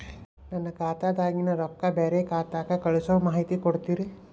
ನನ್ನ ಖಾತಾದಾಗಿನ ರೊಕ್ಕ ಬ್ಯಾರೆ ಖಾತಾಕ್ಕ ಕಳಿಸು ಮಾಹಿತಿ ಕೊಡತೇರಿ?